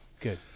Good